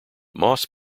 moss